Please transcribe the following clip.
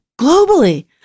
globally